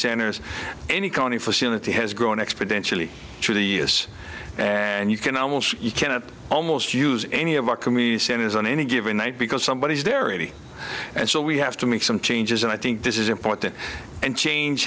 centers any county facility has grown exponentially through the years and you can almost you can at almost use any of our community centers on any given night because somebody is there eating and so we have to make some changes and i think this is important and change